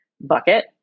bucket